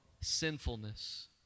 sinfulness